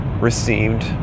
received